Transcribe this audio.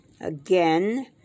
Again